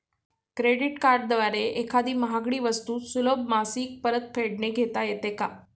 Credit कार्डद्वारे एखादी महागडी वस्तू सुलभ मासिक परतफेडने घेता येते का?